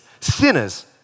sinners